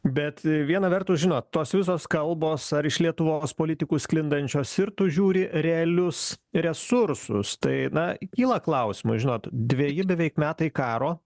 bet viena vertus žinot tos visos kalbos ar iš lietuvos politikų sklindančios ir tu žiūri realius resursus tai na kyla klausimas žinot dveji beveik metai karo